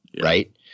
Right